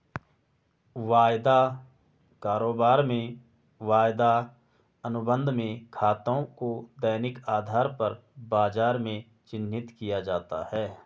वायदा कारोबार में वायदा अनुबंध में खातों को दैनिक आधार पर बाजार में चिन्हित किया जाता है